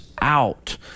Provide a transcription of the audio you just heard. out